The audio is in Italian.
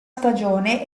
stagione